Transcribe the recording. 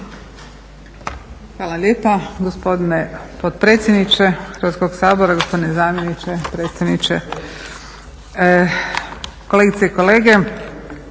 Hvala lijepa gospodine potpredsjedniče Hrvatskog sabora. Gospodine zamjeniče, predstavniče, kolegice i kolege.